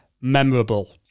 Memorable